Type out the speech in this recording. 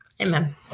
amen